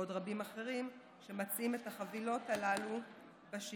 ועוד רבים אחרים, שמציעים את החבילות הללו בשגרה.